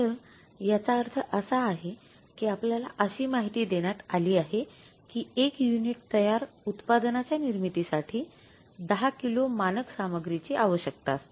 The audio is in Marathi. तर याचा अर्थ असा आहे की आपल्याला अशी माहिती देण्यात आली आहे की १ युनिट तयार उत्पादनाच्या निर्मितीसाठी १० किलो मानक सामग्रीची आवश्यकता असते